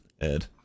Ed